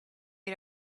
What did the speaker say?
had